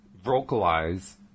vocalize